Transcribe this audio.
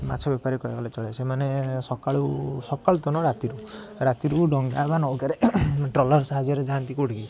ମାଛ ବେପାର କହିବାକୁ ଗଲେ ଚଳେ ସେମାନେ ସକାଳୁ ସକାଳୁ ତ ନୁହଁ ରାତିରୁ ରାତିରୁ ଡଙ୍ଗା ବା ନୌକାରେ ଟ୍ରଲର ସାହାଯ୍ୟରେ ଯାଆନ୍ତି କେଉଁଠିକି